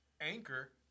Anchor